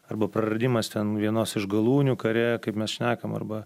arba praradimas ten vienos iš galūnių kare kaip mes šnekam arba